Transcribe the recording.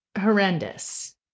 horrendous